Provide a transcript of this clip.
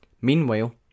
Meanwhile